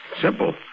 Simple